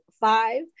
five